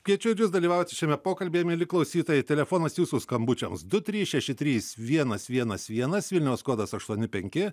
kviečiu ir jus dalyvauti šiame pokalbyje mieli klausytojai telefonas jūsų skambučiams du trys šeši trys vienas vienas vienas vilniaus kodas aštuoni penki